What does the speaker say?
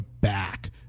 back